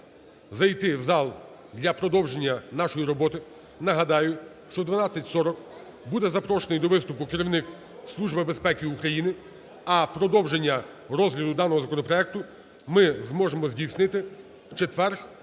зайти в зал для продовження нашої роботи, нагадаю, що о 12:40 буде запрошений до виступу керівник Служби безпеки України. А продовження розгляду даного законопроекту ми зможемо здійснити в четвер